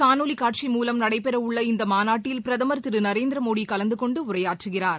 காணொலி காட்சி நடைபெற உள்ள இந்த மாநாட்டில் பிரதமர் மூலம் திரு நரேந்திர மோடி கலந்து கொண்டு உரையாற்றுகிறார்